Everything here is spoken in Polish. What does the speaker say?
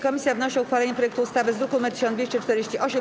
Komisja wnosi o uchwalenie projektu ustawy z druku nr 1248.